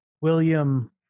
William